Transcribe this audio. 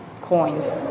coins